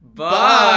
Bye